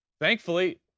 thankfully